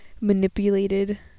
manipulated